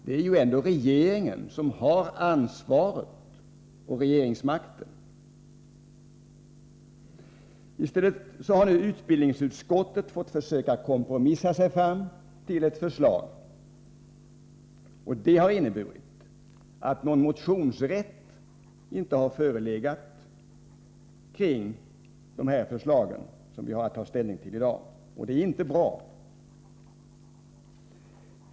Det är ju ändå regeringen som har ansvaret och makten. I stället har nu utbildningsutskottet fått försöka kompromissa sig fram till ett förslag, och det har inneburit att någon motionsrätt inte har förelegat i de frågor som vi i dag har att ta ställning till. Det är inte bra.